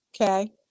okay